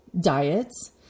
diets